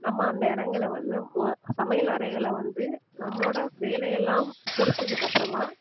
நம்ம அந்த இடங்கள வந்து சமையல் அறைகளை வந்து நம்மளோட வேலை எல்லாம் முடிச்சதுக்கப்புறமா